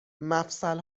مفصل